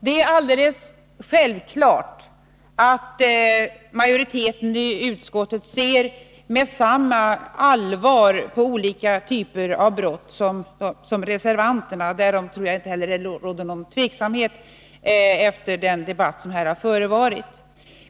Det är alldeles självklart att majoriteten av utskottet ser med samma allvar på olika typer av brott som reservanterna. Därom tror jag inte heller att det råder någon tveksamhet efter den debatt som här har förevarit.